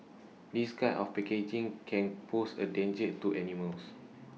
this kind of packaging can pose A danger to animals